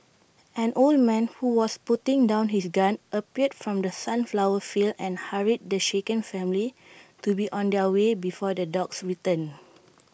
an old man who was putting down his gun appeared from the sunflower fields and hurried the shaken family to be on their way before the dogs return